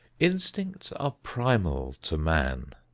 instincts are primal to man.